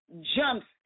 jumps